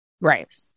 Right